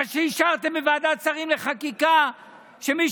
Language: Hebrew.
מה שאישרתם בוועדת שרים לחקיקה זה שמי